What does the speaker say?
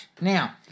Now